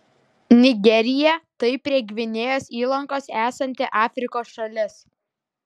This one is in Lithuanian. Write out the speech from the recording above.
nigerija tai prie gvinėjos įlankos esanti afrikos šalis